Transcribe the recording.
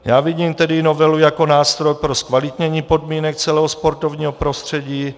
Já vidím tedy novelu jako nástroj pro zkvalitnění podmínek celého sportovního prostředí.